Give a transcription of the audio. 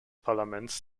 parlaments